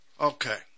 Okay